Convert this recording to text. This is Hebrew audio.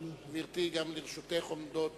גברתי, גם לרשותך עומדות